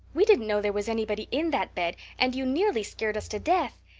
we didn't know there was anybody in that bed and you nearly scared us to death.